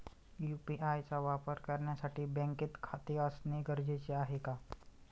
UPI चा वापर करण्यासाठी बँकेत खाते असणे गरजेचे आहे का?